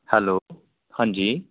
hello हांजी